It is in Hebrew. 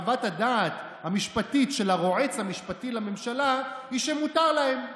וחוות הדעת המשפטית" של הרועץ המשפטי לממשלה היא שמותר להם.